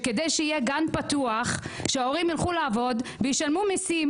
כדי שיהיה גן פתוח וההורים יוכלו ללכת לעבוד ולשלם מיסים